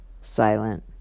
Silent